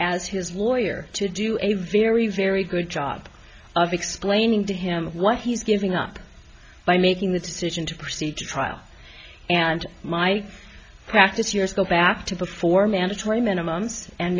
as his lawyer to do a very very good job of explaining to him what he's giving up by making the decision to proceed to trial and my practice years go back to before mandatory minimums and